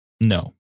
No